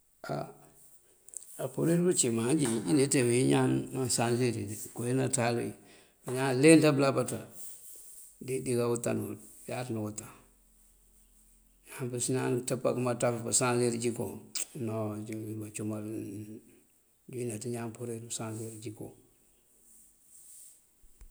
Á purir pëcí ma njí njí neţe wín ñaan nansansiri kowí naţáal wí. Bañaan leenţa bëlabaţa dika wëtanul jáaţa nëwëtan. Ñaan këma ţëp anakëma ţaf pësansir jíko ngëcumal njí wínaţ. Ñaan purir pësnasir jíko.